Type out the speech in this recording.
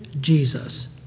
Jesus